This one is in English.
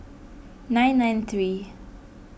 nine nine three